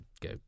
go